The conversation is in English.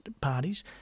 parties